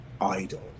idol